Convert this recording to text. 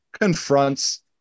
confronts